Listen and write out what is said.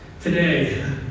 today